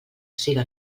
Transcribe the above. siga